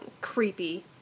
creepy